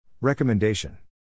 Recommendation